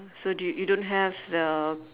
so do you you don't have the